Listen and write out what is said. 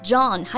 John